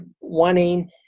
wanting